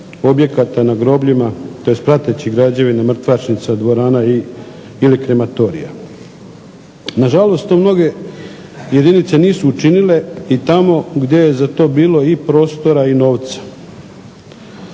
objekata na grobljima tj. pratećih građevina mrtvačnica, dvorana ili krematorija. Nažalost, to mnoge jedinice nisu učinile i tamo gdje je za to bilo i prostora i novca.